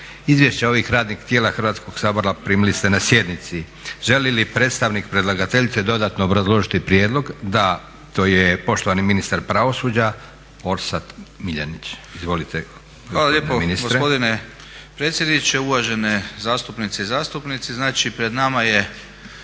Izvješća ovih radnih tijela Hrvatskog sabora primili ste na sjednici. Želi li predstavnik predlagateljice dodatno obrazložiti prijedlog? Da, to je poštovani ministar pravosuđa Orsat Miljenić. Izvolite. **Miljenić, Orsat** Hvala lijepo gospodine predsjedniče, uvažene zastupnice i zastupnici. Znači pred nama je